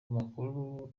amakuru